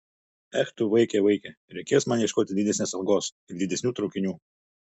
ech tu vaike vaike reikės man ieškoti didesnės algos ir didesnių traukinių